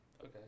Okay